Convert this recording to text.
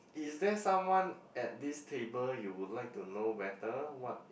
is there someone at this table you would like to know better what